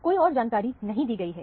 कोई और जानकारी नहीं दी गई है